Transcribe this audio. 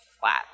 flat